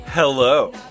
Hello